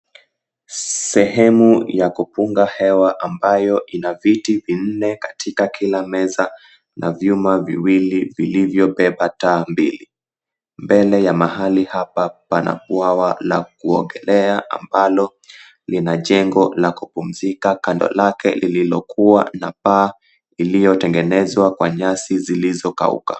Sehemu ya kupunga hewa ambayo ina viti vinne katika kila meza na vyuma viwili vilivyobeba taa mbili. Mbele ya mahali hapa pana bwawa la kuogelea ambalo lina jengo la kumpumzika kando lake lililokuwa na paa iliyotengenezwa na nyasi zilizokauka.